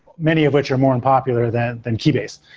many of which are more unpopular than than keybase,